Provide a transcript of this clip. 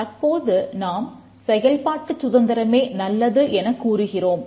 தற்போது நாம் செயல்பாட்டுச் சுதந்திரமே நல்லது எனக் கூறுகிறோம்